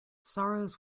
sorrows